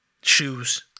Shoes